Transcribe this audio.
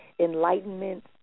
enlightenment